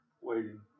waiting